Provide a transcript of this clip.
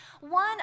One